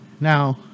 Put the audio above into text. Now